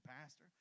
Pastor